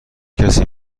کسی